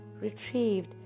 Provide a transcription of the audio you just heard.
retrieved